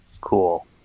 Cool